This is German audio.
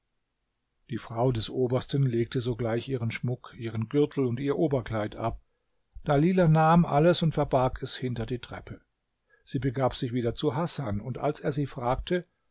die frau des obersten legte sogleich ihren schmuck ihren gürtel und ihr oberkleid ab dalilah nahm alles und verbarg es hinter die treppe sie begab sich wieder zu hasan und als er sie fragte